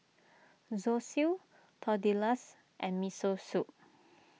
Zosui Tortillas and Miso Soup